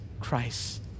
Christ